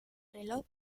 reloj